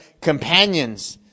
companions